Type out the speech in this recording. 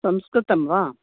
संस्कृतं वा